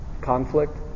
conflict